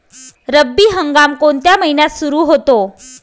रब्बी हंगाम कोणत्या महिन्यात सुरु होतो?